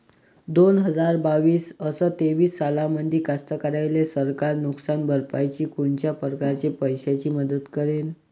दोन हजार बावीस अस तेवीस सालामंदी कास्तकाराइले सरकार नुकसान भरपाईची कोनच्या परकारे पैशाची मदत करेन?